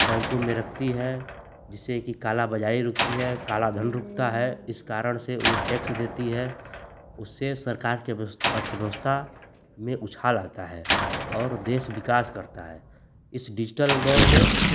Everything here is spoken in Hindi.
बैंको में रखती है जिससे की काला बजारी रूकती है काला धन रुकता है इस कारण से ओ टैक्स देती है उससे सरकार के अर्थव्यवस्था में उछाल आता है और देश विकास करता है इस डिजिटल दौर में